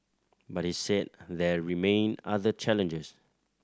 but he said there remain other challenges